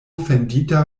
fendita